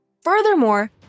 Furthermore